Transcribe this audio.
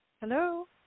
Hello